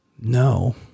No